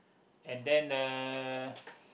and then uh